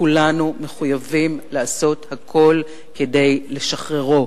כולנו מחויבים לעשות הכול כדי לשחררו.